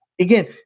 Again